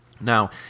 Now